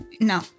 no